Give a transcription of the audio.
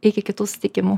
iki kitų susitikimų